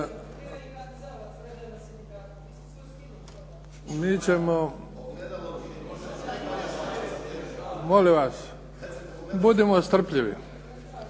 (HDZ)** Molim vas, budimo strpljivi.